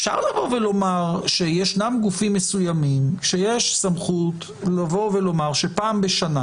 אפשר לבוא ולומר שישנם גופים מסוימים שיש סמכות לבוא ולומר שפעם בשנה